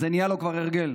זה נהיה לו כבר הרגל.